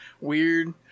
weird